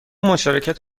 مشارکت